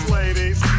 ladies